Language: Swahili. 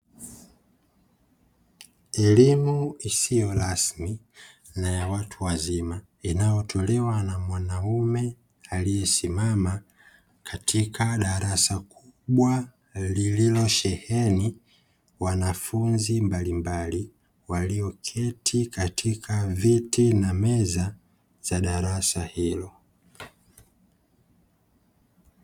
Elimu isiyo rasmi na ya watu wazima inayotolewa na mwanaume aliyesimama katika darasa kubwa lililosheheni wanafunzi mbalimbali walioketi katika viti na meza za darasa hilo.